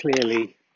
clearly